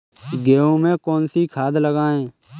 गेहूँ में कौनसी खाद लगाएँ?